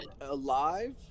alive